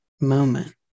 moment